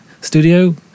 studio